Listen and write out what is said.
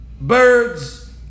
birds